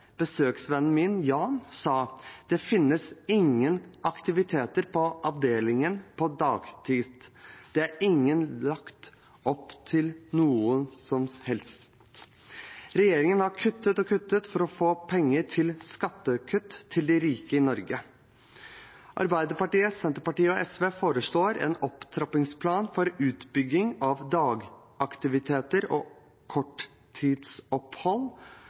Besøksvennen min, Jan, sa at det ikke finnes noen aktiviteter på avdelingen på dagtid, det er ikke lagt opp til noe som helst. Regjeringen har kuttet og kuttet for å få penger til skattekutt til de rike i Norge. Arbeiderpartiet, Senterpartiet og SV foreslår en opptrappingsplan for utbygging av dagaktiviteter og korttidsopphold.